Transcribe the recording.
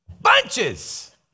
Bunches